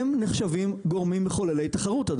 הם נחשבים גורמים מחוללי תחרות.